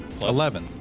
Eleven